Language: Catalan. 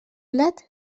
blat